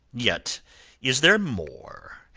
yet is there more.